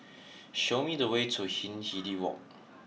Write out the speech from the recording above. show me the way to Hindhede Walk